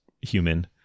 human